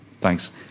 Thanks